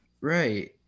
Right